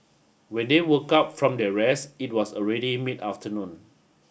when they woke up from their rest it was already mid afternoon